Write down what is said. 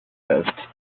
ghost